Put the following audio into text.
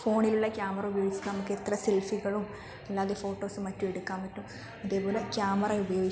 ഫോണിലുള്ള camera ഉപയോഗിച്ച് നമുക്ക് എത്ര സെൽഫികളും നല്ല ഫോട്ടോസും മറ്റും എടുക്കാൻ പറ്റും അതേപോലെ ക്യാമറ